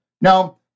Now